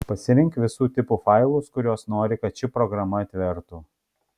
pasirink visų tipų failus kuriuos nori kad ši programa atvertų